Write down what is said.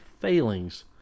failings